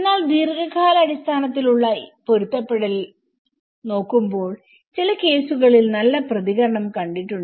എന്നാൽ ദീർഘകാലാടിസ്ഥാനത്തിലുള്ള പൊരുത്തപ്പെടുത്തൽ നോക്കുമ്പോൾ ചില കേസുകളിൽ നല്ല പ്രതികരണം കണ്ടിട്ടുണ്ട്